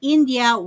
India